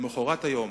למחרת היום